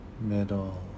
middle